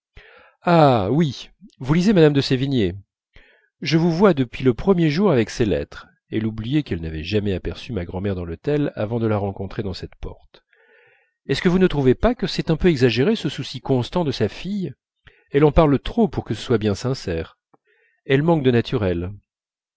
ah oui vous lisez mme de sévigné je vous vois depuis le premier jour avec ses lettres elle oubliait qu'elle n'avait jamais aperçu ma grand'mère dans l'hôtel avant de la rencontrer dans cette porte est-ce que vous ne trouvez pas que c'est un peu exagéré ce souci constant de sa fille elle en parle trop pour que ce soit bien sincère elle manque de naturel